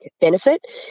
benefit